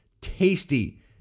tasty